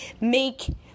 make